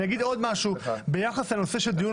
אני אגיד עוד משהו ביחס להצעה של דיון